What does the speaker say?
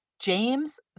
James